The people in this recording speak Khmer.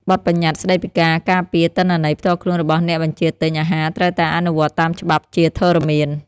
បទប្បញ្ញត្តិស្ដីពីការការពារទិន្នន័យផ្ទាល់ខ្លួនរបស់អ្នកបញ្ជាទិញអាហារត្រូវតែអនុវត្តតាមច្បាប់ជាធរមាន។